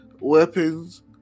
weapons